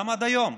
גם עד היום,